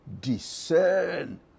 discern